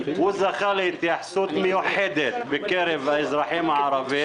הוא זכה להתייחסות מיוחדת בקרב האזרחים הערבים.